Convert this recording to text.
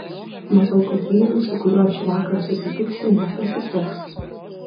matau kad vyrui su kuriuo šįvakar susitiksi nepasiseks